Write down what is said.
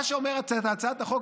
מה שאומרת הצעת החוק,